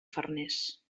farners